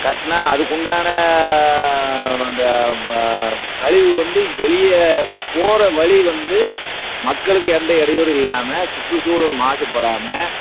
கட்டினா அதுக்குண்டான அந்த ப கழிவு வந்து வெளியே போகிற வழி வந்து மக்களுக்கு எந்த இடயூறும் இல்லாமல் சுற்றுச்சூழல் மாசு படாமல்